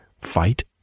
fight